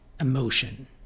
emotion